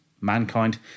Mankind